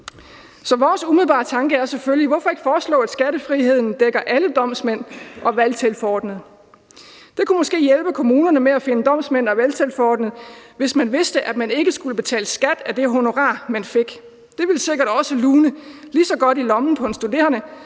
Så vores umiddelbare tanke er selvfølgelig: Hvorfor ikke foreslå, at skattefriheden dækker alle domsmænd og valgtilforordnede? Det kunne måske hjælpe kommunerne med at finde domsmænd og valgtilforordnede, hvis man vidste, at man ikke skulle betale skat af det honorar, man fik. Det ville sikkert også lune lige så godt i lommen på en studerende